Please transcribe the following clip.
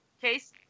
Case